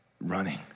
running